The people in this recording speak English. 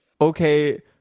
Okay